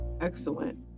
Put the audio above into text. excellent